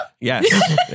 Yes